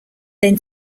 then